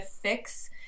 fix